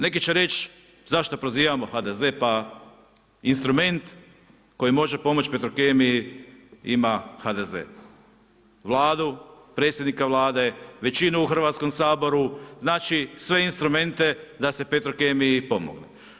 Neće reći zašto prozivamo HDZ, pa instrument koji može pomoći petrokemiji ima HDZ, Vladu, predsjednika Vlade, većinu u Hrvatskom saboru, znači sve instrumente da se petrokemiji pomogne.